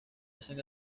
hacen